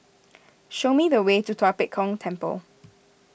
show me the way to Tua Pek Kong Temple